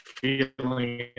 feeling